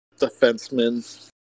defenseman